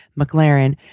McLaren